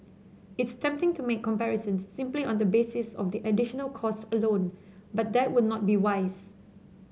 it's tempting to make comparisons simply on the basis of the additional cost alone but that would not be wise